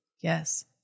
Yes